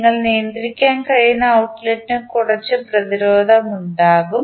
നിങ്ങൾക്ക് നിയന്ത്രിക്കാൻ കഴിയുന്ന ഔട്ട്ലെറ്റിന് കുറച്ച് പ്രതിരോധം ഉണ്ടാകും